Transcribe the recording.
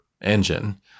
engine